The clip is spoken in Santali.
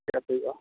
ᱪᱮᱫ ᱦᱩᱭᱩᱜᱼᱟ